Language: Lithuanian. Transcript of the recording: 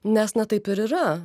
nes na taip ir yra